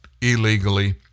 illegally